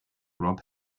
rob